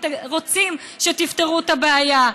הם רוצים שתפתרו את הבעיה.